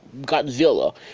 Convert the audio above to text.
Godzilla